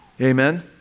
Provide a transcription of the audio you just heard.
amen